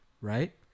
right